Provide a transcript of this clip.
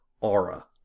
aura